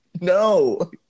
No